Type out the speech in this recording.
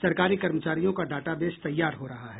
सरकारी कर्मचारियों का डाटाबेस तैयार हो रहा है